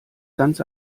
ganz